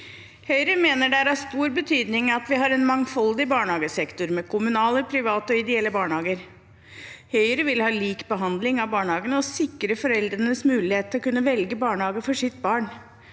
Høyre mener det er av stor betydning at vi har en mangfoldig barnehagesektor med kommunale, private og ideelle barnehager. Høyre vil ha lik behandling av barnehagene og sikre foreldrenes mulighet til å kunne velge barnehage for sitt barn.